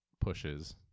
pushes